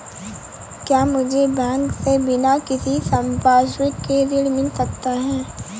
क्या मुझे बैंक से बिना किसी संपार्श्विक के ऋण मिल सकता है?